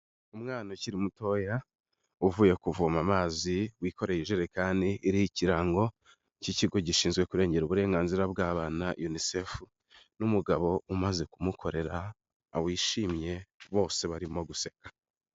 Umwana ukiri mutoya uvuye kuvoma amazi wikoreye ijerekani iriho ikirango cy'ikigo gishinzwe kurengera uburenganzira bw'abana yunisefu, n'umugabo umaze kumukorera wishimye bose barimo guseka.